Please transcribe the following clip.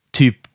typ